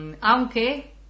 aunque